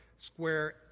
square